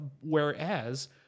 whereas